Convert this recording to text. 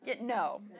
No